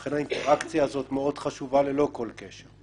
ולכן האינטראקציה הזאת חשובה ללא כל קשר,